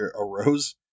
arose